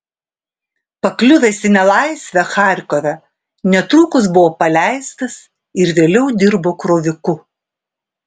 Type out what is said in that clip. pakliuvęs į nelaisvę charkove netrukus buvo paleistas ir vėliau dirbo kroviku